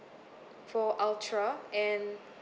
for ultra and